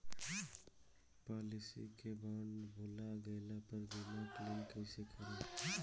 Policy के bond भुला गैला पर बीमा क्लेम कईसे करम?